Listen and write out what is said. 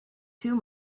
too